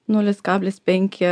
nulis kablis penki